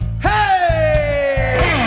Hey